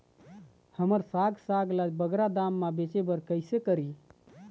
हमर साग साग ला बगरा दाम मा बेचे बर कइसे करी?